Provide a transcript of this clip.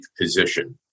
position